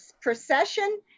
procession